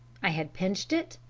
i had pinched it,